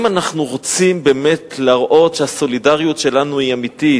אם אנחנו רוצים באמת להראות שהסולידריות שלנו היא אמיתית,